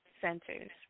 centers